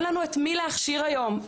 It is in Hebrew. אין לנו את מי להכשיר היום.